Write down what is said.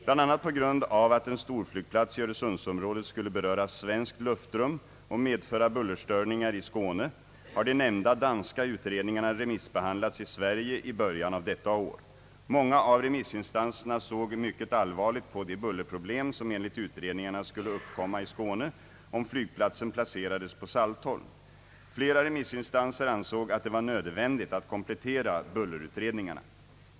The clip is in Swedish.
Bland annat på grund av att en storflygplats i Öresundsområdet skulle beröra svenskt luftrum och medföra bullerstörningar i Skåne har de nämnda danska utredningarna remissbehandlats i Sverige i början av detta år. Många av remissinstanserna såg mycket allvarligt på de bullerproblem som enligt utredningarna skulle uppkomma i Skåne om flygplatsen placerades på Saltholm. Flera remissinstanser ansåg att det var nödvändigt att komplettera bullerutredningarna.